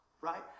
right